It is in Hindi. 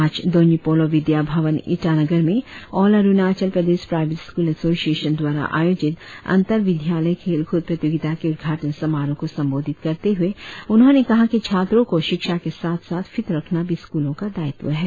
आज दोनी पोलो विद्या भवन ईटानगर में all Arunachal Pradesh private school association द्वारा आयोजित अंतर विद्यालय खेलकूद प्रतियोगिता के उद्घाटन समारोह को संबोधित करते हुए उन्होंने कहा कि छात्रों को शिक्षा के साथ साथ फिट रखना भी स्कूलों का दायित्व है